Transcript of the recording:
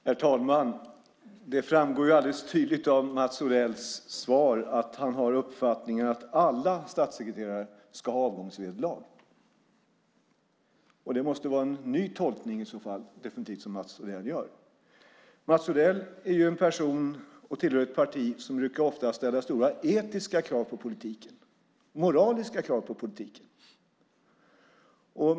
Herr talman! Det framgår alldeles tydligt av Mats Odells svar att han har uppfattningen att alla statssekreterare ska ha avgångsvederlag. Det måste i så fall definitivt vara en ny tolkning som Mats Odell gör. Mats Odell är en person, och tillhör ett parti, som ofta brukar ställa stora etiska och moraliska krav på politiken.